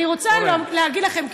אני רוצה להגיד לכם,